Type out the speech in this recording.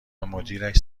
مدیرش